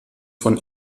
von